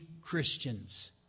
Christians